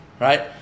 right